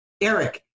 Eric